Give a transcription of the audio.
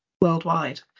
worldwide